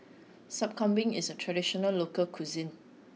Sup Kambing is a traditional local cuisine